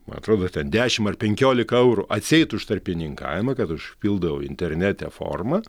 man atrodo ten dešimt ar penkiolika eurų atseit už tarpininkavimą kad užpildau internete formą